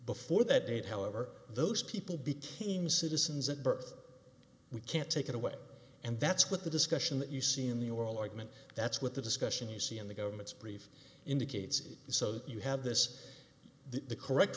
before that date however those people became citizens at birth we can't take it away and that's what the discussion that you see in the oral argument that's what the discussion you see in the government's brief indicates so you have this the correct